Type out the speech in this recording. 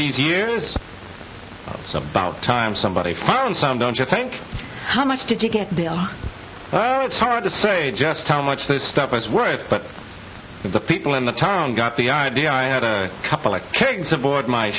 these years so about time somebody found some don't you think how much did you get the are it's hard to say just how much this stuff was worth but the people in the town got the idea i had a couple of kings aboard my